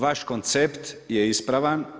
Vaš koncept je ispravan.